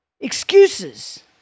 Excuses